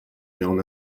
known